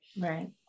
right